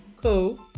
Cool